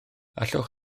allwch